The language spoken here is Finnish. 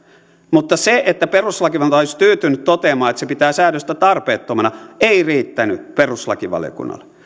mutta se että perustuslakivaliokunta olisi tyytynyt toteamaan että se pitää säädöstä tarpeettomana ei riittänyt perustuslakivaliokunnalle